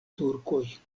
turkoj